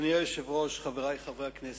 אדוני היושב-ראש, חברי חברי הכנסת,